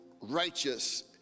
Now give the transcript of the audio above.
righteous